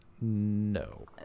No